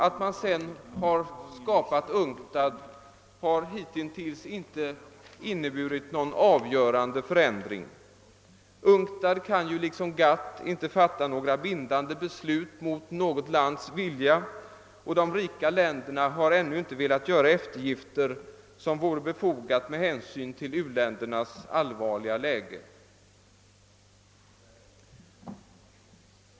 Att man sedan tillskapat UNCTAD har hittills inte medfört någon avgörande förändring. UNCTAD kan lika litet som GATT fatta några bindande beslut mot något lands vilja, och de rika länderna har ännu inte velat göra så stora eftergifter som vore motiverat med hänsyn till u-ländernas allvarliga läge.